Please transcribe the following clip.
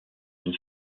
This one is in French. une